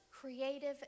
creative